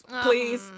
Please